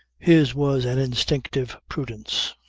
his was an instinctive prudence.